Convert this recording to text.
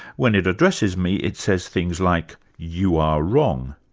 when it addresses me, it says things like you are wrong.